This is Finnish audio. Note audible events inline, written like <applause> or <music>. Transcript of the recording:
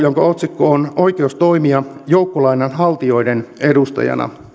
<unintelligible> jonka otsikko on oikeus toimia joukkolainan haltijoiden edustajana